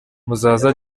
muzaza